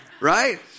right